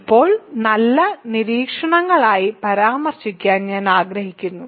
ഇപ്പോൾ നല്ല നിരീക്ഷണങ്ങളായി പരാമർശിക്കാൻ ഞാൻ ആഗ്രഹിക്കുന്നു